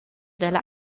dalla